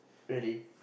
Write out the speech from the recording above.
really